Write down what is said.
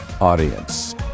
audience